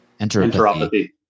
Enteropathy